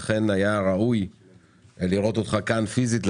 לכן היה ראוי לראות אותך כאן פיזית,